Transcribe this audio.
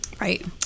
Right